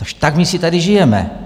Až tak my si tady žijeme.